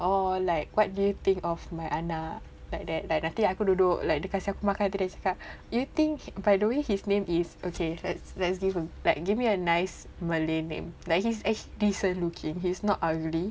orh like what do you think of my anak like that like nanti aku duduk like dia kasi aku makan nanti dia cakap you think by the way his name is okay let's let's give him like give me a nice Malay name like he's actually decent looking he's not ugly